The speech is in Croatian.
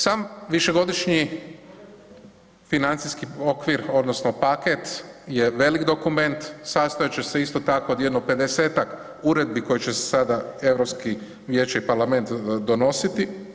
Sam višegodišnji financijski okvir odnosno paket je velik dokument sastojat će se isto tako od jedno 50-tak uredbi koje će sada Europski vijeće i parlament donositi.